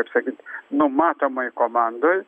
kaip sakyt numatomoj komandoj